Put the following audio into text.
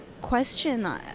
question